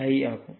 i ஆகும்